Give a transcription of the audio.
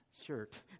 shirt